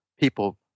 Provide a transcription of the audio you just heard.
people